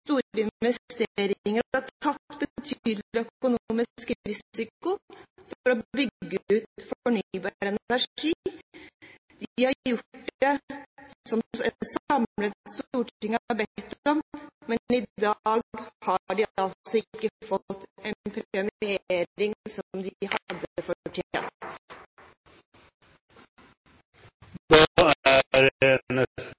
tatt betydelig økonomisk risiko for å bygge ut fornybar energi. De har gjort det et samlet storting har bedt om, men i dag har de altså ikke fått en premiering de hadde fortjent. Som flere har